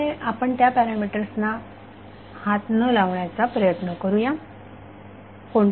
त्यामुळे आपण त्या पॅरामीटर्स ना हात न लावण्याचा प्रयत्न करूया